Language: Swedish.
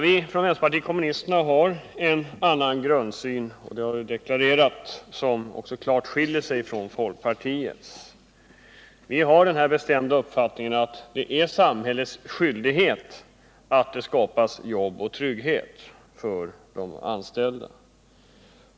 Vi inom vänsterpartiet kommunisterna har en grundsyn — och detta har vi deklarerat — som klart skiljer sig från folkpartiets. Vi har den bestämda uppfattningen att det är samhällets skyldighet att se till att det skapas jobb och trygghet för de anställda.